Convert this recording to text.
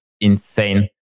insane